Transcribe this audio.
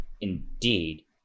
indeed